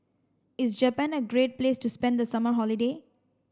is Japan a great place to spend the summer holiday